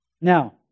Now